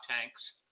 tanks